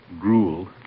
Gruel